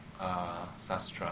Sastra